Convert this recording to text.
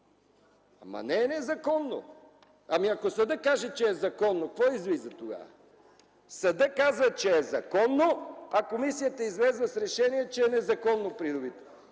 Не е незаконно! Ако съдът каже, че е законно, какво излиза тогава? Съдът казва, че е законно, а комисията е излязла с решение, че е незаконно придобито.